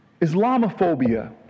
Islamophobia